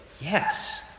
Yes